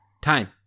Time